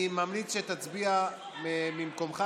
אני ממליץ שתצביע ממקומך,